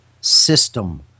system